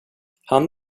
han